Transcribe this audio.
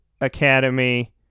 Academy